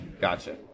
Gotcha